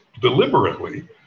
deliberately